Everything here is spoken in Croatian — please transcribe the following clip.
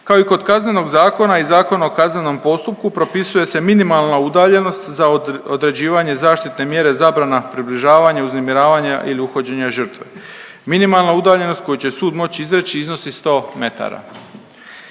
Kao i kod Kaznenog zakona i Zakona o kaznenom postupku propisuje se minimalna udaljenost za određivanje zaštitne mjere zabrana približavanja, uznemiravanja ili uhođenja žrtve. Minimalna udaljenost koju će sud moći izreći iznosi sto metara.